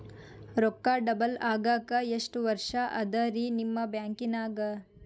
ರೊಕ್ಕ ಡಬಲ್ ಆಗಾಕ ಎಷ್ಟ ವರ್ಷಾ ಅದ ರಿ ನಿಮ್ಮ ಬ್ಯಾಂಕಿನ್ಯಾಗ?